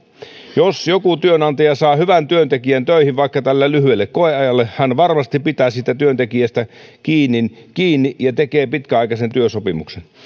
jos joku työnantaja saa hyvän työntekijän töihin vaikka lyhyelle koeajalle hän varmasti pitää siitä työntekijästä kiinni kiinni ja tekee pitkäaikaisen työsopimuksen